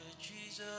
Jesus